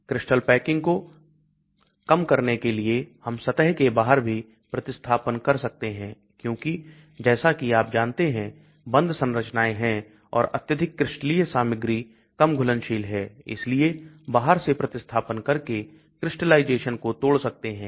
crystal packing को कम करने के लिए हम सतह के बाहर भी प्रतिस्थापन कर सकते हैं क्योंकि जैसा कि आप जानते हैं बंद संरचनाएं हैं और अत्यधिक क्रिस्टलीय सामग्री कम घुलनशील है इसलिए बाहर से प्रतिस्थापन करके crystallization को तोड़ सकते हैं